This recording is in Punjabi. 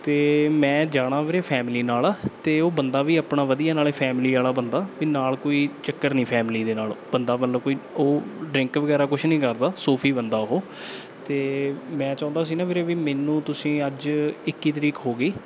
ਅਤੇ ਮੈਂ ਜਾਣਾ ਵੀਰੇ ਫੈਮਿਲੀ ਨਾਲ ਅਤੇ ਉਹ ਬੰਦਾ ਵੀ ਆਪਣਾ ਵਧੀਆ ਨਾਲੇ ਫੈਮਿਲੀ ਵਾਲਾ ਬੰਦਾ ਵੀ ਨਾਲ ਕੋਈ ਚੱਕਰ ਨਹੀਂ ਫੈਮਿਲੀ ਦੇ ਨਾਲ ਬੰਦਾ ਮਤਲਬ ਕੋਈ ਉਹ ਡਰਿੰਕ ਵਗੈਰਾ ਕੁਛ ਨਹੀਂ ਕਰਦਾ ਸੋਫੀ ਬੰਦਾ ਉਹ ਅਤੇ ਮੈਂ ਚਾਹੁੰਦਾ ਸੀ ਨਾ ਵੀਰੇ ਵੀ ਮੈਨੂੰ ਤੁਸੀਂ ਅੱਜ ਇੱਕੀ ਤਰੀਕ ਹੋ ਗਈ